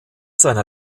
seiner